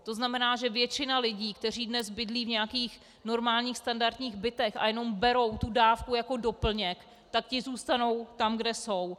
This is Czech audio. To znamená, že většina lidí, kteří dnes bydlí v nějakých normálních standardních bytech a jenom berou tu dávku jako doplněk, tak ti zůstanou tam, kde jsou.